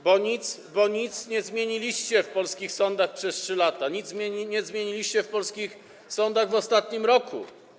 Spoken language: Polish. Bo nic nie zmieniliście w polskich sądach przez 3 lata, nic nie zmieniliście w polskich sądach w ostatnim roku.